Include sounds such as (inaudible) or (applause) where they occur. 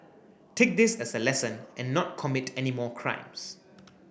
(noise) take this as a lesson and not commit any more crimes